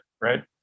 right